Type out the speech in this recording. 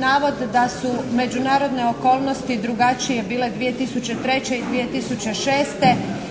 navod da su međunarodne okolnosti drugačije bile 2003. i 2006.